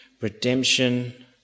redemption